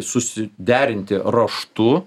susiderinti raštu